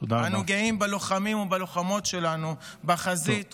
אנו גאים בלוחמים ובלוחמות שלנו בחזית ובעורף.